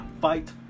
fight